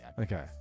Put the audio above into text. okay